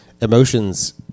emotions